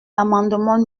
l’amendement